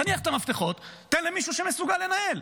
תניח את המפתחות ותן למישהו שמסוגל לנהל.